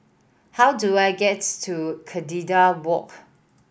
how do I gets to Walk